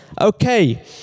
Okay